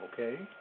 okay